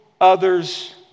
others